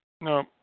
No